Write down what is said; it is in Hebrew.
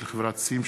של חברת "צים";